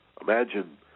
Imagine